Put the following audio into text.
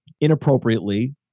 inappropriately